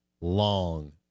long